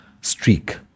streak